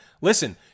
Listen